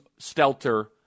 Stelter